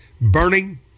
burning